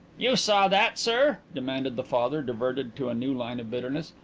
you saw that, sir? demanded the father, diverted to a new line of bitterness.